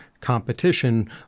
competition